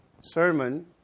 sermon